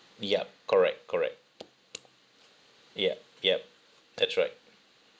yup correct correct yup yup that's right